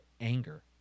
anger